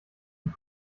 den